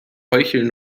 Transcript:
heucheln